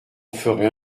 ferait